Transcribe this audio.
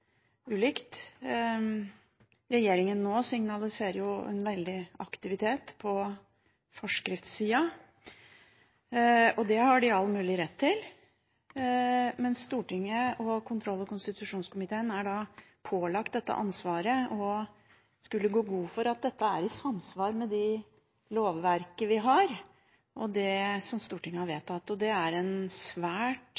ulikt. Dagens regjering signaliserer en veldig aktivitet på forskriftssida. Det har de all mulig rett til, men Stortinget og kontroll- og konstitusjonskomiteen er pålagt ansvaret å skulle gå god for at dette er i samsvar med det lovverket vi har, og det Stortinget har